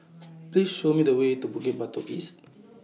Please Show Me The Way to Bukit Batok East